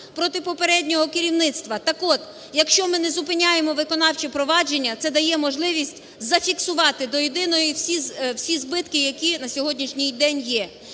проти попереднього керівництва. Так от, якщо ми не зупиняємо виконавчі провадження, це дає можливість зафіксувати до єдиного всі збитки, які на сьогоднішній день є.